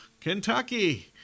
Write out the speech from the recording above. Kentucky